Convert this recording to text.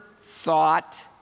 thought